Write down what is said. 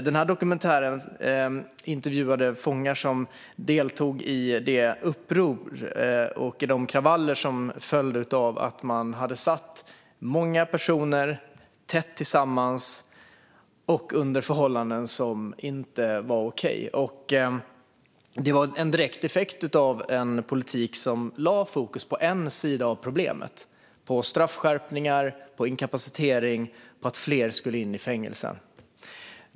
I dokumentären intervjuas de fångar som deltog i det uppror och i de kravaller som följde av att man hade satt många personer tätt tillsammans under förhållanden som inte var okej. Det var en direkt effekt av en politik som lade fokus på en sida av problemet, det vill säga straffskärpningar, inkapacitering och att fler ska in i fängelse.